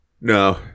no